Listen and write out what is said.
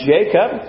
Jacob